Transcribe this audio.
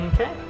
Okay